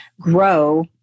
grow